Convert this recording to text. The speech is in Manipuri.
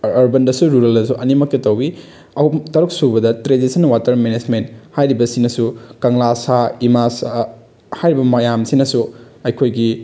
ꯑꯔꯕꯟꯗꯁꯨ ꯔꯨꯔꯦꯜꯗꯁꯨ ꯑꯅꯤꯃꯛꯇ ꯇꯧꯏ ꯇꯔꯨꯛ ꯁꯨꯕꯗ ꯇ꯭ꯔꯦꯗꯤꯁꯟ ꯋꯥꯇꯔ ꯃꯦꯅꯦꯁꯃꯦꯟ ꯍꯥꯏꯔꯤꯕ ꯁꯤꯅꯁꯨ ꯀꯪꯂꯥꯁꯥ ꯏꯃꯥ ꯍꯥꯏꯔꯤꯕ ꯃꯌꯥꯝꯁꯤꯅꯁꯨ ꯑꯩꯈꯣꯏꯒꯤ